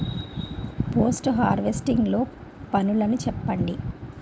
Post harvesting లో పనులను చెప్పండి?